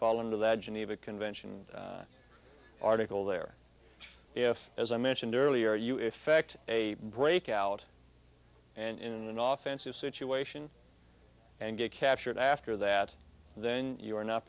fall under that geneva convention article there if as i mentioned earlier you effect a break out and in an authentic situation and get captured after that then you are not